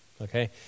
Okay